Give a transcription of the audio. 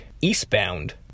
eastbound